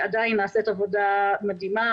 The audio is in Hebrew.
עדיין נעשית עבודה מדהימה.